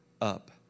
up